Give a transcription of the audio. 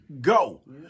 go